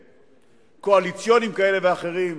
קואליציוניים כאלה ואחרים.